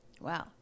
Wow